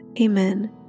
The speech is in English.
Amen